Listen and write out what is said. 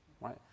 right